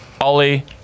Ollie